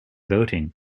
voting